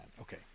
Okay